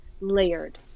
layered